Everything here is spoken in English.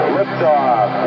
Liftoff